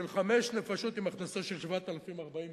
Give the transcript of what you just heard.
חמש נפשות עם הכנסה של 7,040 שקל,